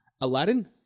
Aladdin